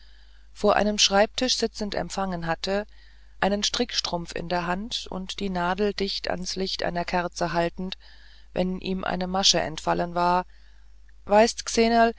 vor seinem schreibtisch sitzend empfangen hatte einen strickstrumpf in der hand und die nadeln dicht ans licht einer kerze haltend wenn ihm eine masche entfallen war weißt